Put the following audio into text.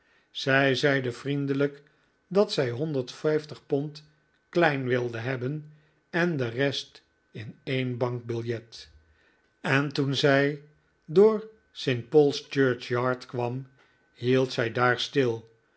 zij zeide vriendelijk dat zij honderd vijftig pond klein wilde hebben en de rest in een bankbiljet en toen zij door st paul's church yard kwam hield zij daar stil